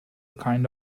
kind